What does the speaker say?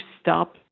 stop